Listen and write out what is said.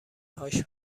هاش